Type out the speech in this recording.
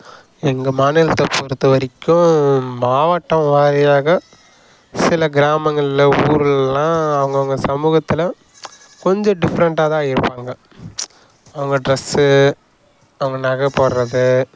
எங்கள் மாநிலத்தை பொறுத்தவரைக்கும் மாவட்டம் வாரியாக சில கிராமங்களில் ஊருகளெலாம் அவுங்கவங்க சமூகத்தில் கொஞ்சம் டிஃப்ரெண்ட்டாகதான் இருப்பாங்க அவங்க ட்ரெஸு அவங்க நகை போடுறது